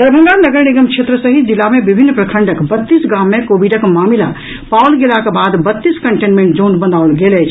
दरभंगा नगर निगम क्षेत्र सहित जिला मे विभिन्न प्रखंडक बत्तीस गाम मे कोविडक मामिला पाओल गेलाक बाद बत्तीस कंटेनमेंट जोन बनाओल गेल अछि